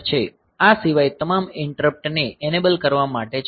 આ સિસ્ટમમાં તમામ ઈંટરપ્ટ ને એનેબલ કરવા માટે છે